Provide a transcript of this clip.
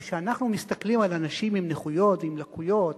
כשאנחנו מסתכלים על אנשים עם נכויות ועם לקויות,